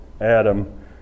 Adam